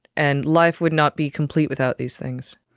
and life would not be complete without these things.